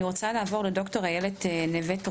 אני רוצה לעבור לד״ר איילת נבט,